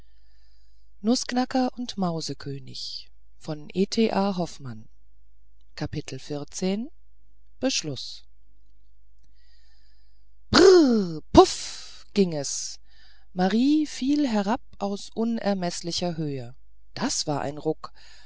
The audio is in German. beschluß prr puff ging es marie fiel herab aus unermeßlicher höhe das war ein ruck